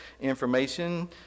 information